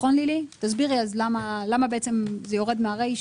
תסבירי למה זה יורד מהרישא.